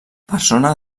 persona